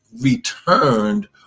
returned